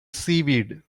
seaweed